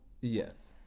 Yes